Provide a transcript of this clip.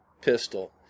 pistol